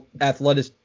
athletic